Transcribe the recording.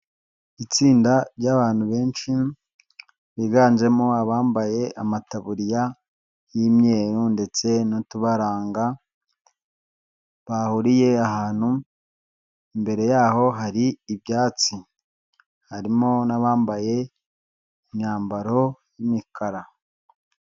Itsinda ry'abantu benshi biganjemo abambaye amataburiya y'imyeru, ndetse nutubaranga bahuriye ahantu imbere yaho hari ibyatsi harimo n'abambaye imyambaro y'imikara.